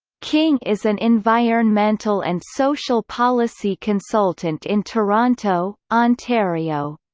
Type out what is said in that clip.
king is an environmental and social policy consultant in toronto, ontario.